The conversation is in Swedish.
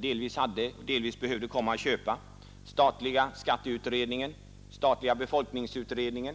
Där fanns vidare företrädare för den statliga skatteutredningen, för den statliga befolkningsutredningen